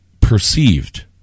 perceived